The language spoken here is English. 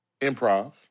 improv